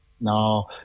Now